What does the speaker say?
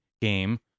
game